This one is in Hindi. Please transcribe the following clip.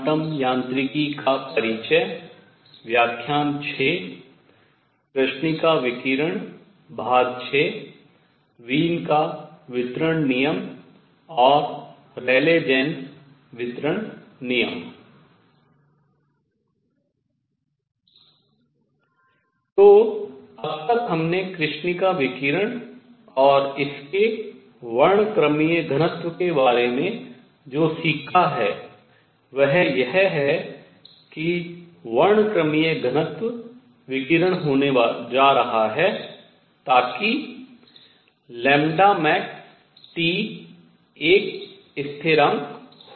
तो अब तक हमने कृष्णिका विकिरण और इसके वर्णक्रमीय घनत्व के बारे में जो सीखा है वह यह है कि वर्णक्रमीय घनत्व विकिरण होने जा रहा है ताकि maxT एक स्थिरांक हो